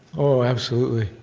oh, absolutely,